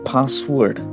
Password